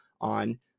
on